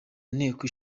nteko